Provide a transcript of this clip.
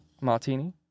Martini